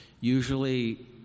Usually